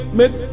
make